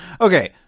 Okay